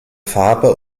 farbe